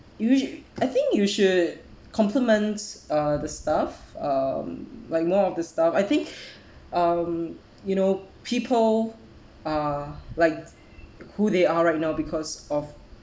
you shou~ I think you should compliments uh the staff um like more of the staff I think um you know people are like who they are right now because of